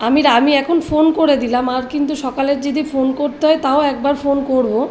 আমিরা আমি এখন ফোন করে দিলাম আর কিন্তু সকালে যদি ফোন করতে হয় তাও একবার ফোন করবো